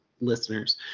listeners